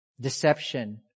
deception